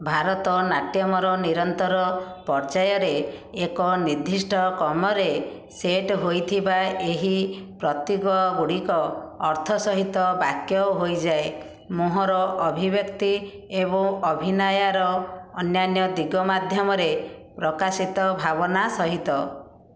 ଭାରତନାଟ୍ୟମର ନିରନ୍ତର ପର୍ଯ୍ୟାୟରେ ଏକ ନିର୍ଦ୍ଦିଷ୍ଟ କ୍ରମରେ ସେଟ୍ ହୋଇଥିବା ଏହି ପ୍ରତୀକ ଗୁଡ଼ିକ ଅର୍ଥ ସହିତ ବାକ୍ୟ ହୋଇଯାଏ ମୁହଁର ଅଭିବ୍ୟକ୍ତି ଏବଂ ଅଭିନାୟାର ଅନ୍ୟାନ୍ୟ ଦିଗ ମାଧ୍ୟମରେ ପ୍ରକାଶିତ ଭାବନା ସହିତ